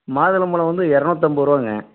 மாதுளம்பழம் வந்து எரநூற்றைம்பது ரூபாங்க